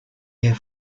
air